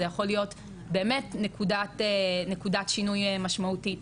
זה יכול להיות באמת נקודת שינוי משמעותית.